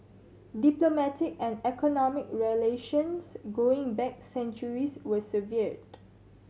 diplomatic and economic relations going back centuries were severed